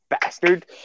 bastard